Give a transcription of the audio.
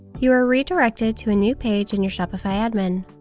you are redirected to a new page in your shopify admin.